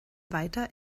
weiter